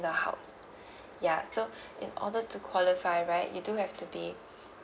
the house ya so in order to qualify right you do have to be